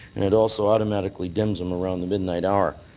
and it also automatically dims them around the midnight hour.